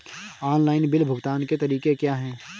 Online bill भुगतान के तरीके क्या हैं?